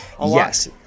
Yes